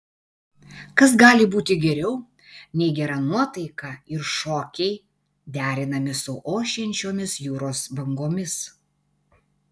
kas gali būti geriau nei gera nuotaika ir šokiai derinami su ošiančiomis jūros bangomis